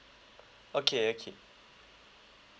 okay okay